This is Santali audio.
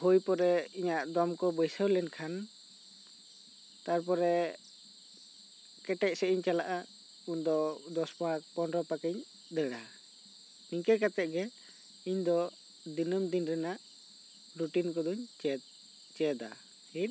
ᱦᱩᱭ ᱯᱚᱨᱮ ᱤᱧᱟᱹᱜ ᱫᱚᱢ ᱠᱚ ᱵᱟᱹᱭᱥᱟᱹᱣ ᱞᱮᱱ ᱠᱷᱟᱱ ᱛᱟᱨᱯᱚᱨᱮ ᱠᱮᱴᱮᱡ ᱥᱮᱫ ᱤᱧ ᱪᱟᱞᱟᱜᱼᱟ ᱩᱱ ᱫᱚ ᱫᱚᱥ ᱯᱟᱠ ᱯᱚᱱᱮᱨᱚ ᱯᱟᱠ ᱤᱧ ᱫᱟᱹᱲᱟ ᱱᱤᱝᱠᱟᱹ ᱠᱟᱛᱮᱜ ᱜᱮ ᱤᱧ ᱫᱚ ᱫᱤᱱᱟᱹᱢ ᱫᱤᱱ ᱨᱮᱱᱟᱜ ᱨᱩᱴᱤᱱ ᱠᱚᱫᱚᱧ ᱪᱮᱫᱟ ᱯᱷᱤᱨ